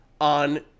on